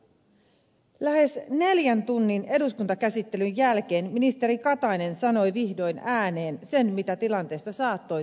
lähes neljän tunnin eduskuntakäsittelyn jälkeen ministeri katainen sanoi vihdoin ääneen sen mitä tilanteesta saattoi tulkita